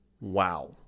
Wow